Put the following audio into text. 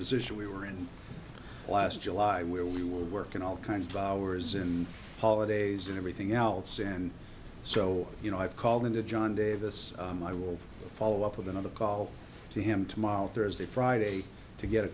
position we were in last july where we were working all kinds of hours and holidays and everything else and so you know i've called into john davis i will follow up with another call to him tomorrow thursday friday to get a